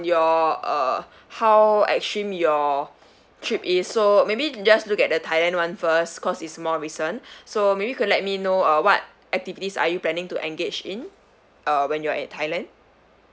your uh how extreme your trip is so maybe just look at the thailand one first cause it's more recent so maybe you could let me know uh what activities are you planning to engage in uh when you're at thailand